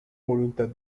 voluntad